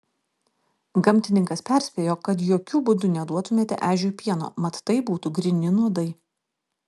gamtininkas perspėjo kad jokiu būdu neduotumėte ežiui pieno mat tai būtų gryni nuodai